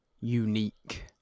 unique